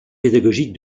pédagogique